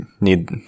need